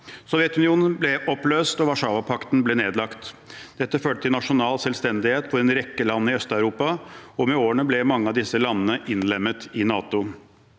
Sovjetunionen ble oppløst, og Warszawapakten ble nedlagt. Dette førte til nasjonal selvstendighet for en rekke land i Øst-Europa, og med årene ble mange av disse landene innlemmet i NATO.